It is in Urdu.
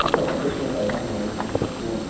اتر پردیش میں پیدا ہونے والی بڑی فصلیں